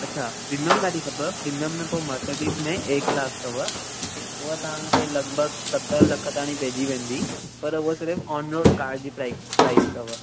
अछा प्रिमिअम गाॾी खपेव प्रिमिअम में पोइ मर्सिडीस में ए क्लास अथव हूअ तव्हांखे लॻिभॻि सत लख ताईं पइजी वेंदी पर हूअ सिर्फ़ु ऑनरोड कार जी प्राइस प्राइस अथव